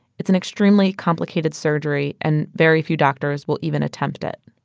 it's an extremely complicated surgery and very few doctors will even attempt it